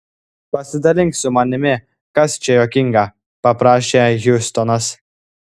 pasidalink su manimi kas čia juokinga paprašė hjustonas